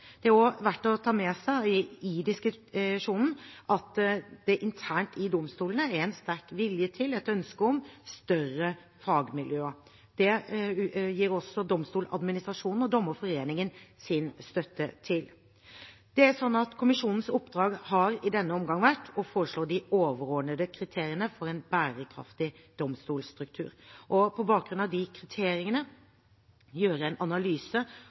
Det er også verdt å ta med seg i diskusjonen at det internt i domstolene er en sterk vilje til og et ønske om større fagmiljøer. Det gir også Domstoladministrasjonen og Dommerforeningen sin støtte til. Kommisjonens oppdrag i denne omgang har vært å foreslå de overordnede kriteriene for en bærekraftig domstolstruktur og på bakgrunn av de kriteriene gjøre en analyse